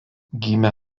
gimė